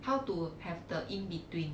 how to have the in between